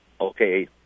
okay